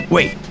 Wait